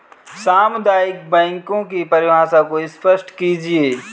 सामुदायिक बैंकों की परिभाषा को स्पष्ट कीजिए?